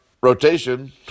rotation